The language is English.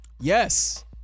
yes